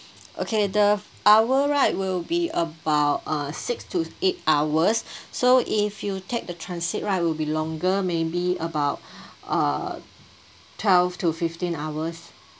okay the hour right will be about uh six to eight hours so if you take the transit right will be longer maybe about uh twelve to fifteen hours